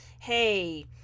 hey